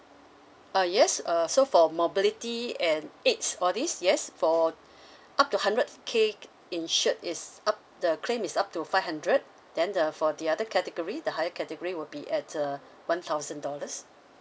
uh yes err so for mobility and aids all these yes for up to hundred K insured is up the claim is up to five hundred then the for the other category the higher category will be at uh one thousand dollars